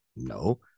No